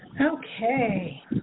Okay